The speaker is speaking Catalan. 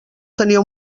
tenia